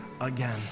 again